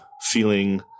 feeling